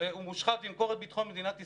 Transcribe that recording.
הוא מושחת וימכור את ביטחון מדינת ישראל?